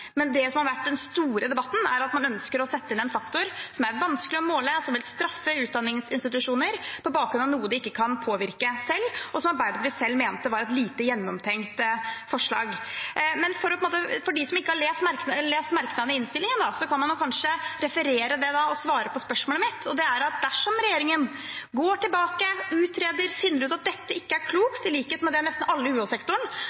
Men det som har vært den store debatten, er at man ønsker å sette inn en faktor – som er vanskelig å måle, og som vil straffe utdanningsinstitusjoner – på bakgrunn av noe de ikke kan påvirke selv, og som Arbeiderpartiet selv mente var et lite gjennomtenkt forslag. Men for dem som ikke har lest merknadene i innstillingen, kan man kanskje referere det og svare på spørsmålet mitt. Spørsmålet er at dersom regjeringen går tilbake, utreder og finner ut at dette ikke er